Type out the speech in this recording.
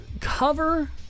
cover